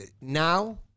now